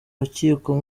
rukiko